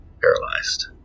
paralyzed